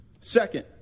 Second